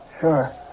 Sure